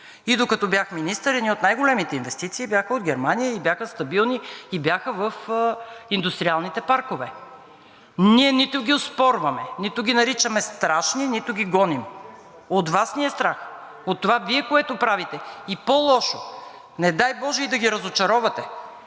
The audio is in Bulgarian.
и докато бях министър едни от най-големите инвестиции бяха от Германия и бяха стабилни, и бяха в индустриалните паркове. Ние нито ги оспорваме, нито ги наричаме страшни, нито ги гоним. От Вас ни е страх, от това, което Вие правите, и по-лошо, не дай боже, и да ги разочаровате,